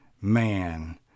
man